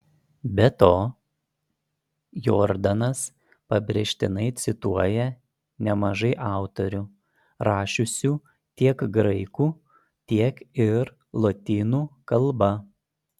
be to jordanas pabrėžtinai cituoja nemažai autorių rašiusių tiek graikų tiek ir lotynų kalba